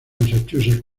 massachusetts